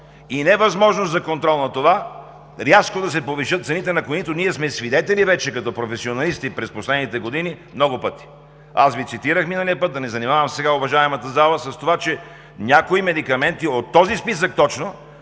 и невъзможност за контрол на това – рязко да се повишат цените, на което ние сме свидетели вече като професионалисти много пъти през последните години. Аз Ви цитирах миналия път, да не занимавам сега уважаемата зала с това, че някои медикаменти точно от този списък